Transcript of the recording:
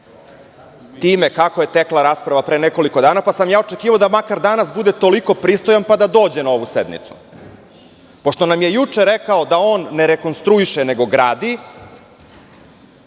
time kako je tekla rasprava pre nekoliko dana, pa sam ja očekivao da makar danas bude toliko pristojan pa da dođe na ovu sednicu. Pošto nam je juče rekao da on ne rekonstruiše nego gradi,